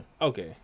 Okay